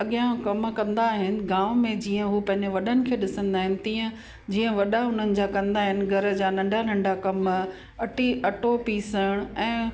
अॻियां कमु कंदा आहिनि गांव में जीअं हू पंहिंजे वॾनि खे ॾिसंदा आहिनि तीअं जीअं वॾा हुननि जा कंदा आहिनि घर जा नंढा नंढा कम अटी अटो पीसणु ऐं